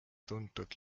tuntud